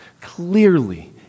clearly